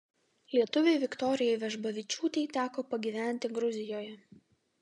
lietuvei viktorijai vežbavičiūtei teko pagyventi gruzijoje